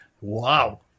wow